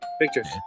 pictures